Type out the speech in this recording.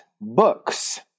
books